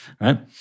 right